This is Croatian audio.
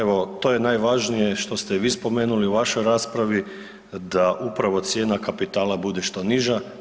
Evo to je najvažnije što ste i vi spomenuli u vašoj raspravi da upravo cijena kapitala bude što niža.